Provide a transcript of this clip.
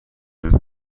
برات